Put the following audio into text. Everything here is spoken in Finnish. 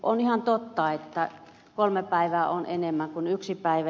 on ihan totta että kolme päivää on enemmän kuin yksi päivä